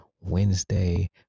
Wednesday